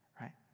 right